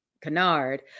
canard